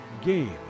game